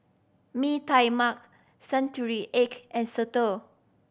Mee Tai Mak century egg and soto